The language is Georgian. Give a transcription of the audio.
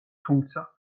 თუმცა